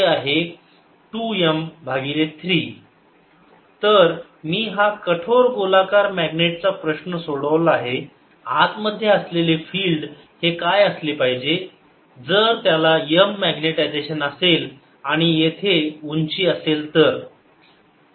MH M3B0M M32M30 Bapplied2M300 ⇒ M 32 Bapplied0 तर मी हा कठोर गोलाकार मॅग्नेट चा प्रश्न सोडवला आहे आत मध्ये असलेले फिल्ड हे काय असले पाहिजे जर त्याला M मॅग्नेटायजेशन असेल आणि येथे उंची असेल तर